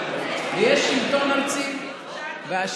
אבל להציל חיי אדם מקורונה הוא מספיק טוב.